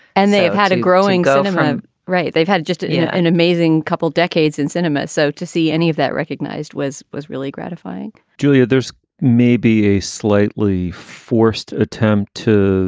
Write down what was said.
and they've had a growing go right. they've had just an amazing couple decades in cinema. so to see any of that recognized was was really gratifying julia, there's maybe a slightly forced attempt to